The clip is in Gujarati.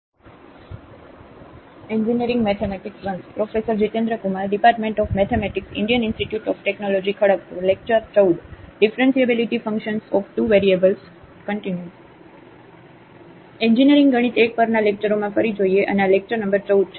તેથી એન્જિનિયરિંગ ગણિત 1 પરના લેક્ચરોમાં ફરી જોઈએ અને આ લેક્ચર નંબર 14 છે